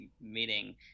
meeting